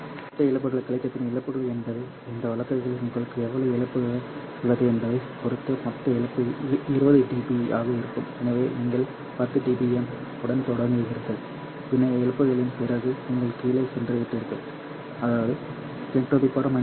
மொத்த இழப்புகளை கழித்தபின் இழப்புகள் என்பது இந்த வழக்கில் உங்களுக்கு எவ்வளவு இழப்பு உள்ளது என்பதைப் பொறுத்து மொத்த இழப்பு 20dB ஆக இருக்கும் எனவே நீங்கள் 10dbm உடன் தொடங்கினீர்கள் பின்னர் இழப்புகளுக்குப் பிறகு நீங்கள் கீழே சென்றுவிட்டீர்கள் 10 20 இது 10 dBm